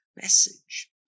message